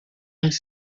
some